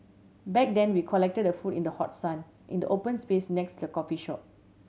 back then we collected the food in the hot sun in the open space next the coffee shop